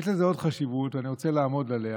יש לזה עוד חשיבות, ואני רוצה לעמוד עליה.